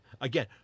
Again